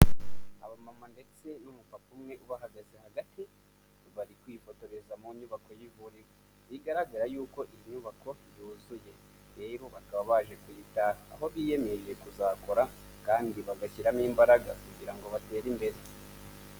Abamama ndetse n'umupapa umwe, ubahagaze hagati, bari kwifotoreza mu nyubako y'ivuriro, bigaragara y'uko iyi nyubako yuzuye, rero bakaba baje kuyitaha, aho biyemeje kuzakora, kandi bagashyiramo imbaraga kugira ngo batere imbere.